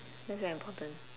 that's very important